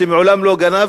כשמעולם לא גנב,